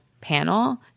panel